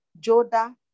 Joda